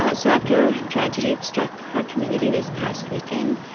but so after tragedy struck our community this past weekend,